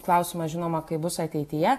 klausimas žinoma kaip bus ateityje